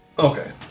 Okay